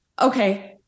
Okay